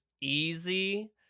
easy